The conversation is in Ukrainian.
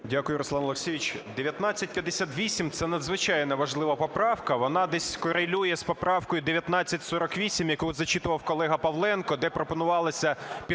Дякую, Руслан Олексійович.